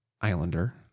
Islander